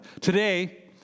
Today